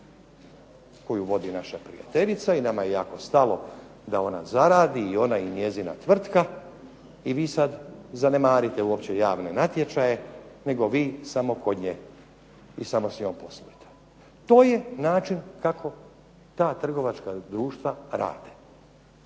koju vodi naša prijateljica i nama je jako stalo da ona zaradi, i ona i njezina tvrtka i vi sad zanemarite uopće javne natječaje, nego vi samo kod nje i samo s njom poslujte. To je način kako ta trgovačka društva rade.